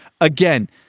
again